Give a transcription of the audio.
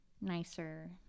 nicer